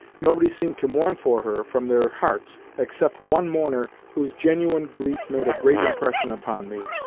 nobody seemed to mourn for her from their hearts except one mourner whose genuine grief made a great impression upon me,